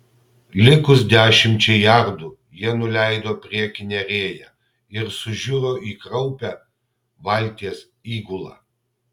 likus dešimčiai jardų jie nuleido priekinę rėją ir sužiuro į kraupią valties įgulą